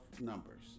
numbers